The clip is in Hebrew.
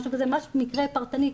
ממש מקרה פרטני,